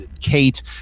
Kate